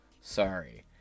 Sorry